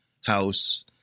house